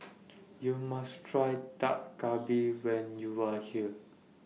YOU must Try Dak Galbi when YOU Are here